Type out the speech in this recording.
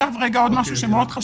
לגבי חוק הדיווח.